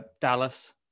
Dallas